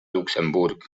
luxemburg